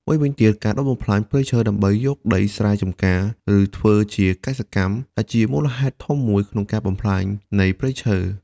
មួយវិញទៀត ការដុតបំផ្លាញព្រៃឈើដើម្បីយកដីស្រែចម្ការ ឬធ្វើជាកសិកម្មដែលជាមូលហេតុធំមួយក្នុងការបំផ្លាញនៃព្រៃឈើ។